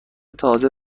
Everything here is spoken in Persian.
تازه